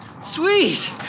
Sweet